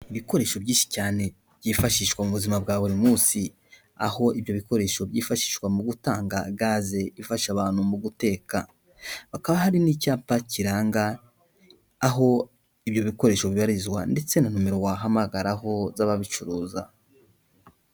Ibikoresho byinshi cyane byifashishwa mu buzima bwa buri munsi aho ibyo bikoresho byifashishwa mu gutanga gaze ifasha abantu mu guteka, hakaba hari n'icyapa kiranga aho ibyo bikoresho bibarizwa ndetse na nimero wahamagaraho z'ababicuruza.